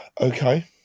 Okay